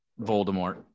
Voldemort